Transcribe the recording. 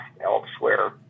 elsewhere